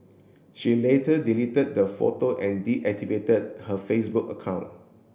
she later deleted the photo and deactivated her Facebook account